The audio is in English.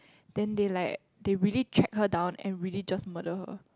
then they like they really track her down and really just murder her